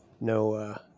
No